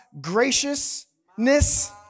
graciousness